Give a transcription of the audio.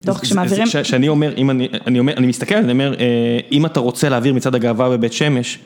אני מסתכל, אם אתה רוצה להעביר מצעד הגאווה בבית שמש.